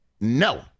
No